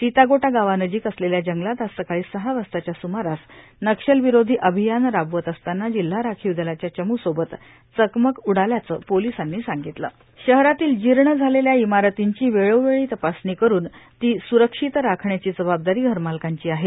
सीतागो गावानजीक असलेल्या जंगलात आज सकाळी सहा वाजताच्या सुमारास नक्षलविरोधी अभियान राबवत असतांना जिल्हा राखीव दलाच्या चमुसोबत चकमक उडाल्याचं पोलिसांनी सांगितलं शहरातील जीर्ण झालेल्या इमारतींची वेळोवेळी तपासणी करून ती सुरक्षित राखण्याची जबाबदारी घरमालकांची आहे